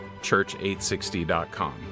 church860.com